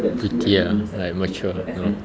pretty lah like mature you know